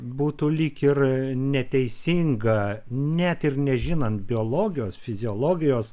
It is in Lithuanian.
būtų lyg ir neteisinga net ir nežinant biologijos fiziologijos